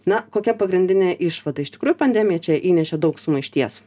na kokia pagrindinė išvada iš tikrųjų pandemija čia įnešė daug sumaišties